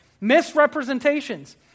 misrepresentations